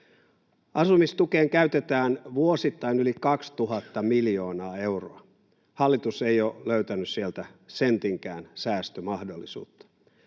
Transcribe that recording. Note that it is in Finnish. Asumistukeen käytetään vuosittain yli 2 000 miljoonaa euroa. Hallitus ei ole löytänyt sieltä sentinkään säästömahdollisuutta.